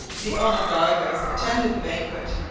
the onondagas attended the banquet.